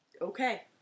Okay